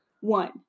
One